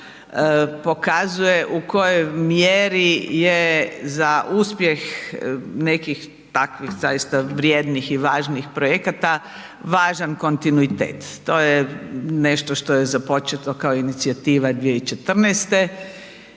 pokazuje u kojoj mjeri je za uspjeh nekih takvih zaista vrijednih i važnih projekata važan kontinuitet. To je nešto što je započeto kao inicijativa 2014.